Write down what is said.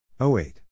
08